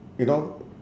you know